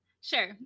sure